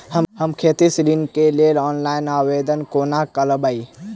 हम खेती ऋण केँ लेल ऑनलाइन आवेदन कोना करबै?